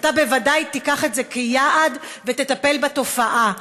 אתה בוודאי תיקח את זה כיעד ותטפל בתופעה.